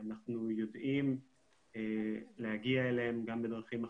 אנחנו יודעים להגיע אליהם גם בדרכים אחרות.